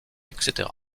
etc